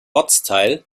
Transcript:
ortsteil